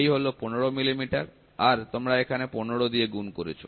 এই হল 15 মিলিমিটার আর তোমরা এখানে 15 দিয়ে গুণ করছো